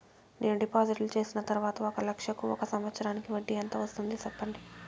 నేను డిపాజిట్లు చేసిన తర్వాత ఒక లక్ష కు ఒక సంవత్సరానికి వడ్డీ ఎంత వస్తుంది? సెప్పండి?